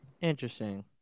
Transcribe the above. Interesting